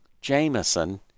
Jameson